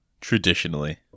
Traditionally